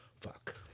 fuck